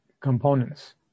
components